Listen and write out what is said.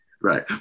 Right